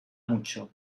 mucho